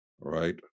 right